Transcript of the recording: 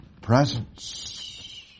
presence